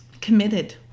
Committed